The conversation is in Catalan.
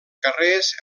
carrers